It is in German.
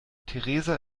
theresa